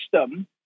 system